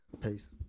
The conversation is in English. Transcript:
peace